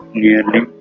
nearly